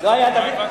לא היה דוד המלך נוצר.